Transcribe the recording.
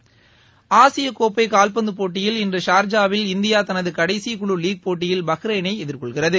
விளையாட்டு செய்தி ஆசிய கோப்பை கால்பந்து போட்டியில் இன்று ஷார்ஜாவில் இந்தியா தனது கடைசி குழு லீக் போட்டியில் பஹ்ரனை எதிர்கொள்கிறது